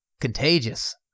contagious